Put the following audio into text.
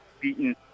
beaten